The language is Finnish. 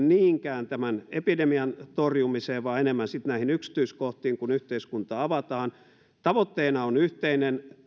niinkään tämän epidemian torjumiseen vaan enemmän näihin yksityiskohtiin kun yhteiskuntaa avataan tavoite on yhteinen